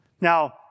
Now